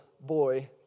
boy